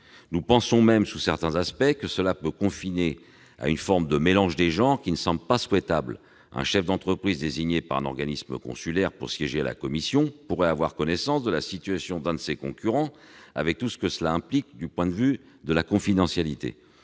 Nous pensons même que cela peut confiner à une forme de mélange des genres qui ne semble pas souhaitable. Un chef d'entreprise désigné par un organisme consulaire pour siéger à la commission pourrait avoir connaissance de la situation de l'un de ses concurrents, avec tout ce que cela implique en termes de confidentialité.